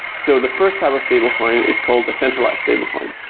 so the first type of stablecoin is called the centralized stablecoin.